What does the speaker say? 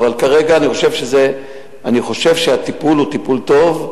אבל כרגע אני חושב שהטיפול הוא טיפול טוב.